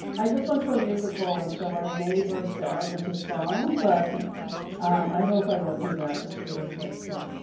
i just went to a musical and so i may burst out into song, but um i hope i won't do that just for your sake. so